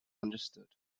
understood